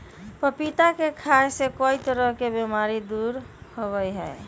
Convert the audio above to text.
पपीता के खाय से कई तरह के बीमारी दूर होबा हई